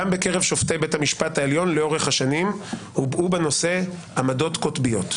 גם בקרב שופטי בית המשפט העליון לאורך השנים הובעו בנושא עמדות קוטביות.